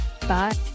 Bye